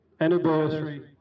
anniversary